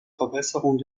verbesserung